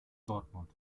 dortmund